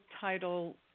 title